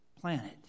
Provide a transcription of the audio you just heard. planet